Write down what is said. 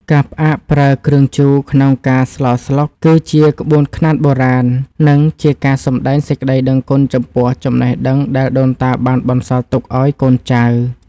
ការផ្អាកប្រើគ្រឿងជូរក្នុងការស្លស្លុកគឺជាក្បួនខ្នាតបុរាណ និង ជាការសម្តែងសេចក្តីដឹងគុណចំពោះចំណេះដឹងដែលដូនតាបានបន្សល់ទុកឱ្យកូនចៅ។